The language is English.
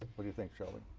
what do you think, shelby?